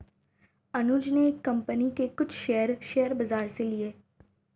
अनुज ने एक कंपनी के कुछ शेयर, शेयर बाजार से लिए